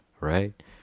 right